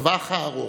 לטווח הארוך.